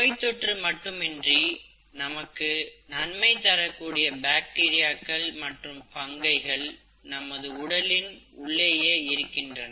நோய்தொற்று மட்டுமின்றி நமக்கு நன்மை தரக்கூடிய பாக்டீரியாக்கள் மற்றும் பங்கைகள் நமது உடலின் உள்ளேயே இருக்கின்றன